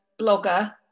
blogger